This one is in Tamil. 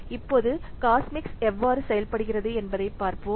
இப்போது காஸ்மிக்ஸ் எவ்வாறு செயல்படுகிறது என்பதைப் பார்ப்போம்